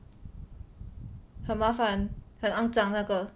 很麻烦很肮脏那个